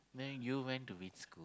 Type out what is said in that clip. then you went to which school